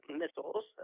missiles